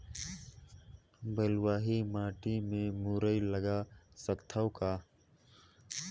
बलुही माटी मे मुरई लगा सकथव का?